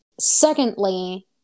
Secondly